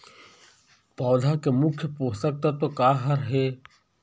पौधा के मुख्य पोषकतत्व का हर हे?